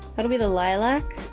that'd be the lilac,